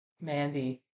Mandy